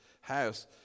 house